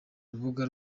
rubuga